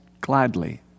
gladly